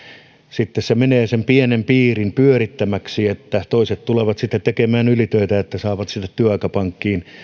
sitten se menee pienen piirin pyörittämäksi toiset tulevat tekemään ylitöitä että saavat sinne työaikapankkiin